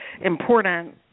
important